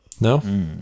No